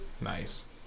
nice